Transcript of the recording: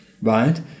right